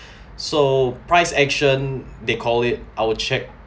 so price action they call it I will check